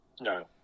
No